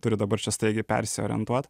turi dabar čia staigiai persiorientuot